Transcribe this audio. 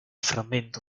frammento